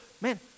man